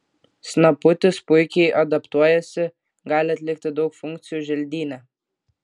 snaputis puikiai adaptuojasi gali atlikti daug funkcijų želdyne